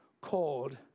called